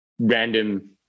random